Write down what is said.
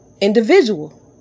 individual